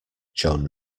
joan